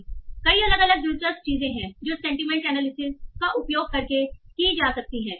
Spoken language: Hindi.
इसलिए कई अलग अलग दिलचस्प चीजें हैं जो सेंटीमेंट एनालिसिस का उपयोग करके की जा सकती हैं